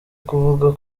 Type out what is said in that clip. kuvuga